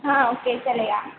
हाँ ओके चलेगा